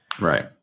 Right